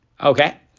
Okay